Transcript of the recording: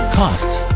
costs